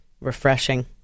Refreshing